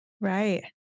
right